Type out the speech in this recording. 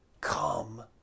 Come